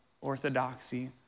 Orthodoxy